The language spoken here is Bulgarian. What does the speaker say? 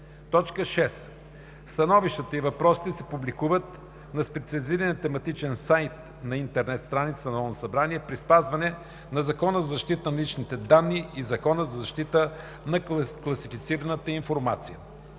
6. Становищата и въпросите се публикуват на специализирания тематичен сайт на интернет страницата на Народното събрание при спазване на Закона за защита на личните данни и Закона за защита на класифицираната информация.